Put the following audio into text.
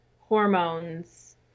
hormones